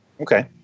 okay